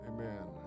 Amen